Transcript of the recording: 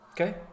okay